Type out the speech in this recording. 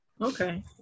Okay